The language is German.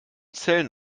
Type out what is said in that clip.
zellen